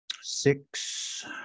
six